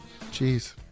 jeez